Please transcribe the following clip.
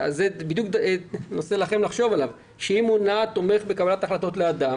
זה בדיוק נושא שעליכם לחשוב עליו אם מונה תומך בקבלת החלטות לאדם